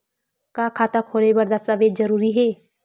का खाता खोले बर दस्तावेज जरूरी हे?